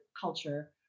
culture